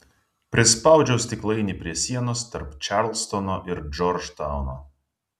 prispaudžiau stiklainį prie sienos tarp čarlstono ir džordžtauno